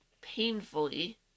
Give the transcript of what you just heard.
painfully